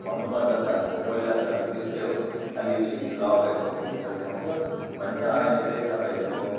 भन्नुपर्दा चाहिँ अब पहिला चाहिँ अब त्यस्तै हो खालि लभहरूको पिक्चर देखाउँथ्यो भने चाहिँ अहिले चाहिँ तपाईँहरूको